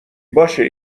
باشه